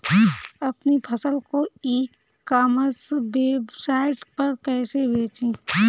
अपनी फसल को ई कॉमर्स वेबसाइट पर कैसे बेचें?